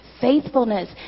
faithfulness